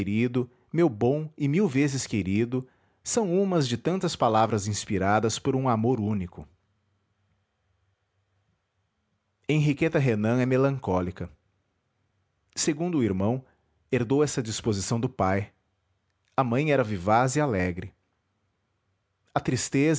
querido meu bom e mil vezes querido são umas de tantas palavras inspiradas por um amor único henriqueta renan é melancólica segundo o irmão herdou essa disposição do pai a mãe era vivaz e alegre a tristeza